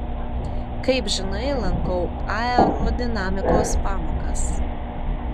kaip žinai lankau aerodinamikos pamokas